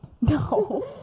No